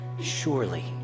surely